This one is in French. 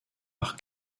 par